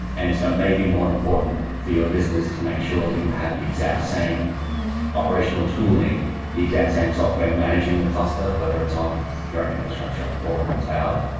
and so it may be more important for your business to make sure that you have the exact same operational tooling, the exact same software managing the cluster, whether it's on your an infrastructure, or in the cloud.